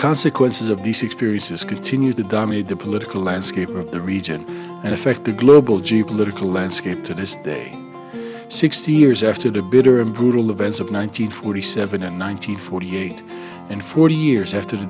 consequences of these experiences continue to dominate the political landscape of the region and affect the global geopolitical landscape to this day sixty years after the bitter and brutal events of nine hundred forty seven and one nine hundred forty eight and forty years after the